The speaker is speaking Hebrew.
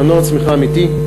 מנוע צמיחה אמיתי.